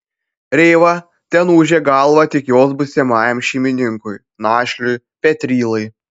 rėva ten ūžė galvą tik jos būsimajam šeimininkui našliui petrylai